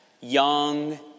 Young